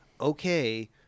Okay